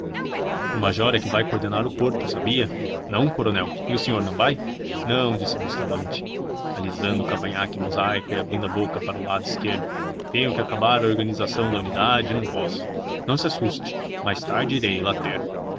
o major é que vai comandar o corpo sabia não coronel e o senhor não vai não disse bustamante alisando o cavanhaque mosaico e abrindo a boca para o lado esquerdo tenho que acabar a organização da unidade e não posso não se assuste mais tarde irei